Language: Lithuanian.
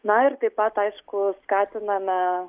na ir taip pat aišku skatiname